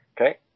Okay